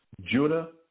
Judah